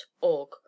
org